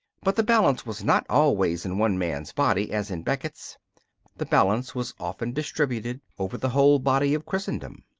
but the balance was not always in one man's body as in becket's the balance was often distributed over the whole body of christendom.